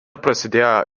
prasidėjo